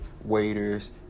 Waiters